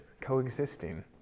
coexisting